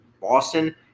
Boston